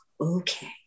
okay